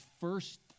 first